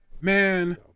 Man